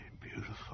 beautiful